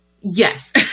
Yes